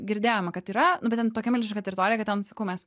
girdėjome kad yra nu bet ten tokia milžiniška teritorija kad ten sakau mes